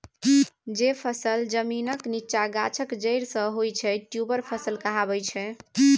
जे फसल जमीनक नीच्चाँ गाछक जरि सँ होइ छै ट्युबर फसल कहाबै छै